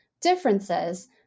differences